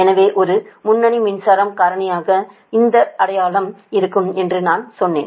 எனவே ஒரு முன்னணி மின்சாரம் காரணியாக இந்த அடையாளம் மைனஸ் இருக்கும் என்று நான் சொன்னேன்